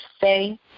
say